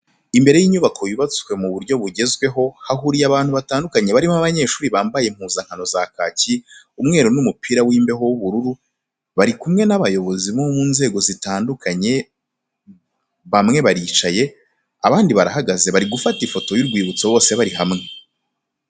Imbere y'inyubako yubatswe mu buryo bugezweho hahuriye abantu batandukanye barimo abanyeshuri bambaye impuzankano za kaki, umweru n'umupira w'imbeho w'ubururu bari kumwe n'abayobozi bo mu nzego zzitandukanye bamwe baricaye abandi barahagaze bari gufata ifoto y'urwibutso bose bari hamwe.